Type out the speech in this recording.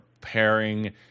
pairing